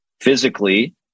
physically